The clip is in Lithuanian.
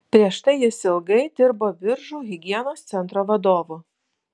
prieš tai jis ilgai dirbo biržų higienos centro vadovu